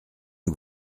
que